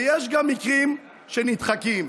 ויש גם מקרים שנדחקים,